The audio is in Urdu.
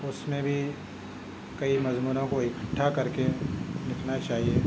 اس میں بھی کئی مضمونوں کو اکٹھا کر کے لکھنا چاہیے